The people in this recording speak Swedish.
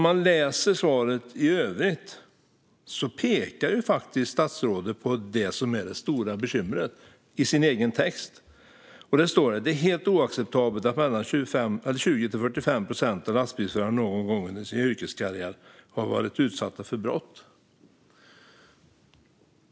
I svaret i övrigt pekar statsrådet faktiskt på det som är det stora bekymret. Han säger att det är helt oacceptabelt att 20-45 procent av lastbilsförarna någon gång under sin yrkeskarriär har varit utsatta för brott.